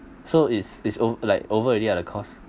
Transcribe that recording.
so is is o~ like over already ah the course